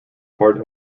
part